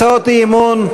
הצעות אי-אמון,